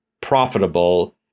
profitable